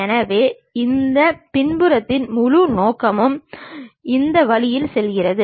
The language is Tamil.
எனவே அந்த பின்புறத்தின் முழு நோக்கமும் இந்த வழியில் செல்கிறது